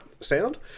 sound